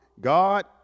God